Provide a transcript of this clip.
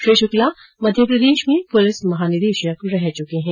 श्री श्क्ला मध्य प्रदेश में पुलिस महानिदेशक रह चुके हैं